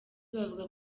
bavuga